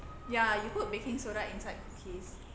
ya you put baking soda inside cookies